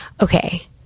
Okay